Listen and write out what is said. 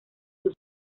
sus